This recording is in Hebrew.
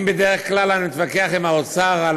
אם בדרך כלל אני מתווכח עם האוצר על